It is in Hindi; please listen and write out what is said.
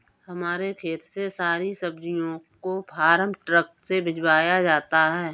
हमारे खेत से सारी सब्जियों को फार्म ट्रक में भिजवाया जाता है